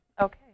Okay